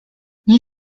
nie